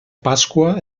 pasqua